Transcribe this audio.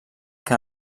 que